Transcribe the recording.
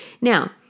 Now